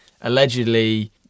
allegedly